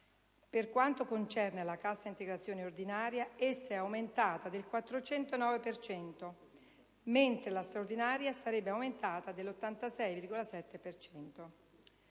Per quanto concerne la cassa integrazione ordinaria, essa è aumentata del 409 per cento, mentre la straordinaria sarebbe aumentata dell'86,7